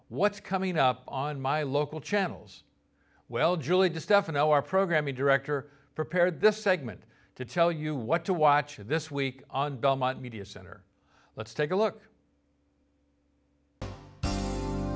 what's coming up on my local channels well julie to stefano our programming director prepared this segment to tell you what to watch this week on belmont media center let's take a look